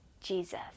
Jesus